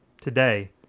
today